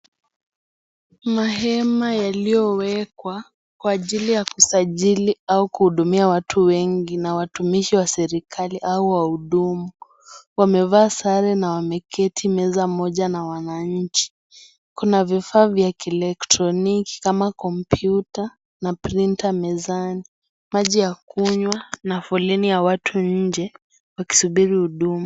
Mahema yaliyowekwa kwa ajili ya Kusajili au kuhudumiwa watu wengi na watumishi wa serikali auwahudumu. Wamevaa Sara na wameketi meza moja na Wananchi. Kuna vifaa vya electroniki kama komputa na printer [cs mezani. Maji ya kunywa na foleni ya watu nje wakisubiri huduma.